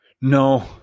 No